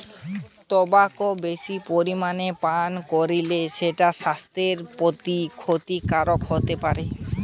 tobacco বেশি পরিমাণে পান কোরলে সেটা সাস্থের প্রতি ক্ষতিকারক হোতে পারে